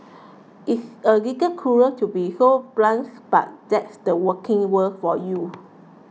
it's a little cruel to be so blunt but that's the working world for you